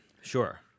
Sure